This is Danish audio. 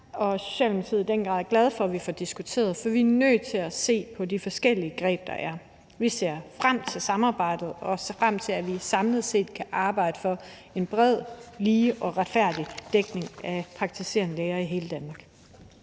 og Socialdemokratiet i den grad er glade for, at vi får diskuteret, for vi er nødt til at se på de forskellige greb, der er. Vi ser frem til samarbejdet og til, at vi samlet kan arbejde for en bred, lige og retfærdig dækning med praktiserende læger i hele Danmark.